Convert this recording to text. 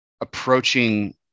approaching